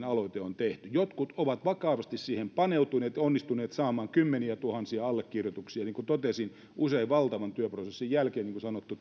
aloite on tehty jotkut ovat vakavasti siihen paneutuneet ja onnistuneet saamaan kymmeniätuhansia allekirjoituksia niin kuin totesin usein valtavan työprosessin jälkeen niin kuin sanottu